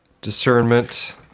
discernment